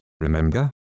remember